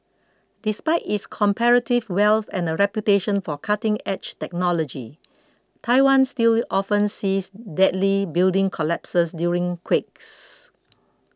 despite its comparative wealth and a reputation for cutting edge technology Taiwan still often sees deadly building collapses during quakes